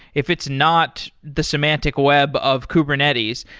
if it's not the semantic web of kubernetes,